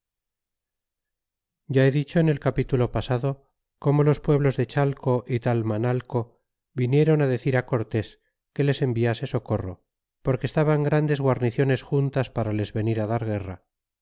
ya he dicho en el capítulo pasado como los pueblos de chalco y talmanalco vinieron á decir cortés que les enviase socorro porque estaban grandes guarniciones juntas para les venir dar guerra